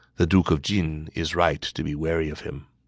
the duke of jin is right to be wary of him.